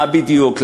מה בדיוק,